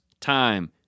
time